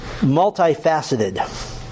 multifaceted